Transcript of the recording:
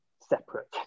separate